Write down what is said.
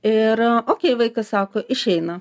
ir okei vaikas sako išeina